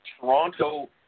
Toronto